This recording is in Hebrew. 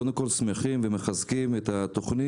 קודם כול, אנחנו שמחים ומחזקים את התכנית.